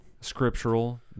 scriptural